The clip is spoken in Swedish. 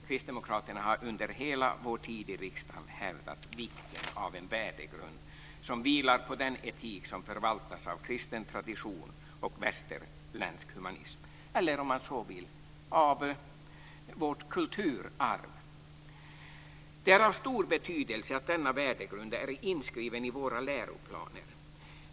Kristdemokraterna har under hela vår tid i riksdagen hävdat vikten av en värdegrund som vilar på den etik som förvaltas av kristen tradition och västerländsk humanism, eller om man så vill på vårt kulturarv. Det är av stor betydelse att denna värdegrund är inskriven i våra läroplaner.